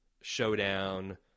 showdown